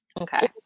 Okay